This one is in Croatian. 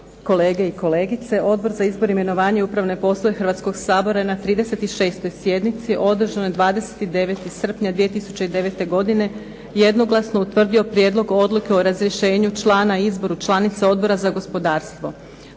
kolege i kolegice, Odbor za izbor, imenovanje i upravne poslove hrvatskog Sabora na 36. sjednici održanoj 29. srpnja 2009. godine jednoglasno je utvrdio prijedlog Odluke o razrješenju člana i izboru članice Odbora za gospodarstvo.